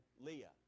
leah